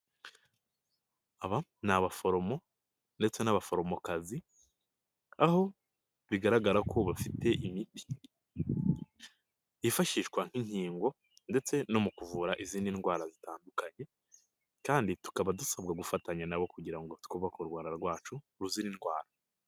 Aba ni abaforomo ndetse n'abaforomokazi aho bigaragara ko bafite imiti, yifashishwa nk'inkingo ndetse no mu kuvura izindi ndwara zitandukanye kandi tukaba dusabwa gufatanya nabo kugira ngo twubake u Rwanda rwacu ruzira indwara.